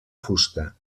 fusta